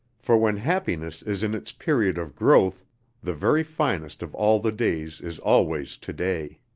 for when happiness is in its period of growth the very finest of all the days is always today.